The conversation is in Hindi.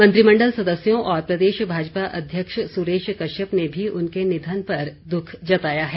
मंत्रिमंडल सदस्यों और प्रदेश भाजपा अध्यक्ष सुरेश कश्यप ने भी उनके निधन पर दुःख जताया है